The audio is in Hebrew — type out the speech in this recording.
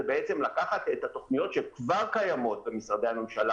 זה לקחת את התוכניות שכבר קיימות במשרדי הממשלה